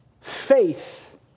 faith